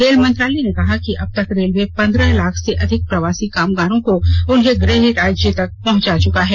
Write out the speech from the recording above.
rail मंत्रालय ने कहा कि अब तक रेलवे पंद्रह लाख से अधिक प्रवासी कामगारों को उनके गृह राज्य तक पहुंचा चुका है